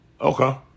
Okay